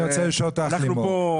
אנחנו כאן מעלים את הרף.